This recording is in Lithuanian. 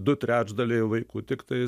du trečdaliai vaikų tiktai